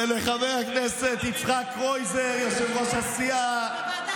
הייתי באחת.